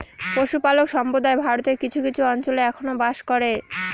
পশুপালক সম্প্রদায় ভারতের কিছু কিছু অঞ্চলে এখনো বাস করে